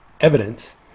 evidence